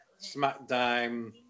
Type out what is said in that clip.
SmackDown